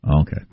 Okay